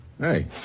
Hey